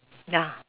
ya